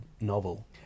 novel